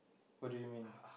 what do you mean